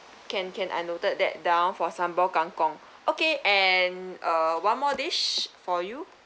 can can I noted that down for sambal kangkong okay and uh one more dish for you